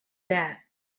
that